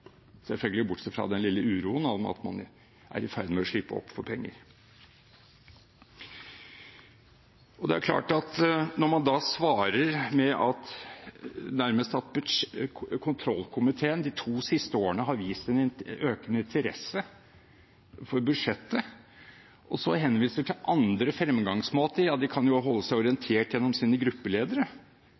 selvfølgelig fra den lille uroen over at man er i ferd med å slippe opp for penger. Man svarer med at kontrollkomiteen de to siste årene har vist en økende interesse for budsjettet, og henviser til andre fremgangsmåter, at de kan holde seg orientert gjennom sine gruppeledere.